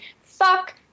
fuck